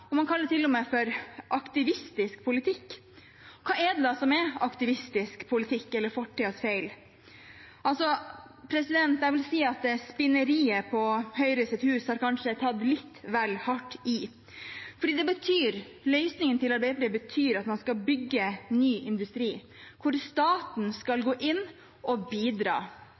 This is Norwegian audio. Aktivistisk politikk – hva er det som er aktivistisk politikk eller fortidens feil? Jeg vil si at spinneriet på Høyres Hus kanskje har tatt litt vel hardt i, for løsningen til Arbeiderpartiet betyr at man skal bygge ny industri der staten skal gå inn og bidra.